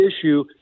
issue